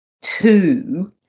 two